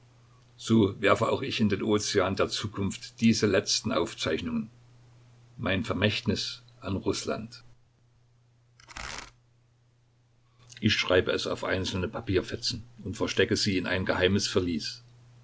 so werfe auch ich in den ozean der zukunft diese letzten aufzeichnungen mein vermächtnis an rußland ich schreibe es auf einzelne papierfetzen und verstecke sie in ein geheimes verließ